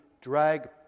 drag